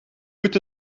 moet